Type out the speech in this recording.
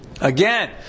Again